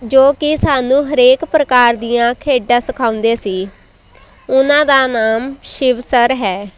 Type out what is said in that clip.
ਜੋ ਕਿ ਸਾਨੂੰ ਹਰੇਕ ਪ੍ਰਕਾਰ ਦੀਆਂ ਖੇਡਾਂ ਸਿਖਾਉਂਦੇ ਸੀ ਉਹਨਾਂ ਦਾ ਨਾਮ ਸ਼ਿਵ ਸਰ ਹੈ